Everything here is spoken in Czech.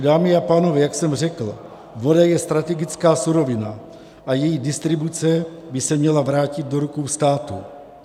Dámy a pánové, jak jsem řekl, voda je strategická surovina a její distribuce by se měla vrátit do rukou státu.